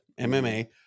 MMA